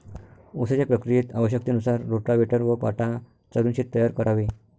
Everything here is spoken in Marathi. उसाच्या प्रक्रियेत आवश्यकतेनुसार रोटाव्हेटर व पाटा चालवून शेत तयार करावे